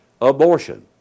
abortion